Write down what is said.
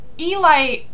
Eli